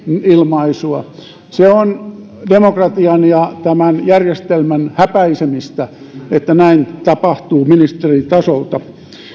ilmaisua teatteri se on demokratian ja tämän järjestelmän häpäisemistä että näin tapahtuu ministeritasolta